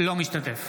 אינו משתתף